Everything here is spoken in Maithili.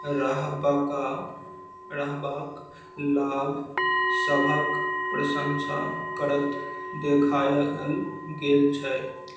रहबका रहबाक लाभ सभक प्रशंसा करत देखायल गेल छै